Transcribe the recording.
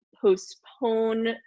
postpone